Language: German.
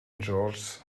george’s